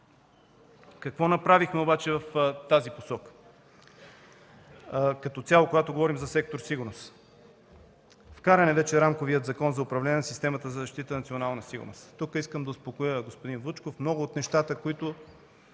Какво направихме в тази посока като цяло, когато говорим за сектор „Сигурност”? Вкаран е вече рамковият Закон за управление на системата за защита на националната сигурност. Тук искам да успокоя господин Вучков, че много от нещата, които